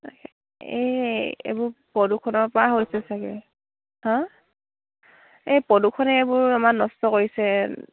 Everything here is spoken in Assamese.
এই এইবোৰ প্ৰদূষণৰ পৰা হৈছে ছাগৈ হাঁ এই প্ৰদূষণে এইবোৰ আমাৰ নষ্ট কৰিছে